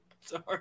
sorry